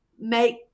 make